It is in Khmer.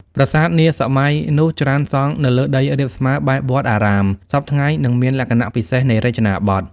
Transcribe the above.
ប្រាសាទនាសម័យ នោះច្រើនសង់នៅលើដីរាបស្មើបែបវត្តអារាម សព្វថ្ងៃ និងមានលក្ខណៈពិសេសនៃរចនាបថ។